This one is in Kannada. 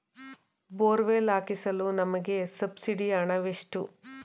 ಬೋರ್ವೆಲ್ ಹಾಕಿಸಲು ನಮಗೆ ಸಬ್ಸಿಡಿಯ ಹಣವೆಷ್ಟು?